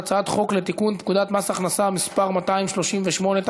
הצעת חוק לתיקון פקודת מס הכנסה (מס' 238),